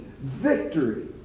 victory